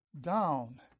down